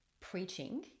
preaching